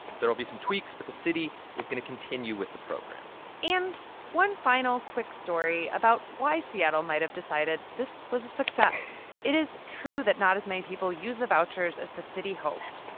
there will be some tweaks, but the city is going to continue with the program and one final quick story about why seattle might've decided this was a success. it is true that not as many people used the vouchers as the city hoped,